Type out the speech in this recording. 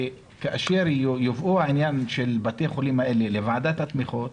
שכאשר יובא העניין של בתי החולים האלה לוועדת התמיכות,